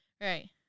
Right